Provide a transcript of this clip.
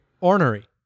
ornery